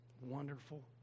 Wonderful